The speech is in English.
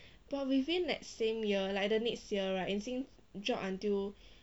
but within that same year like the next year right 已经 drop until